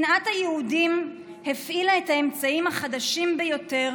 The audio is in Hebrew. שנאת היהודים הפעילה את האמצעים החדשים ביותר,